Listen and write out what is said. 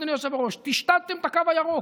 אדוני היושב-ראש: טשטשתם את הקו הירוק.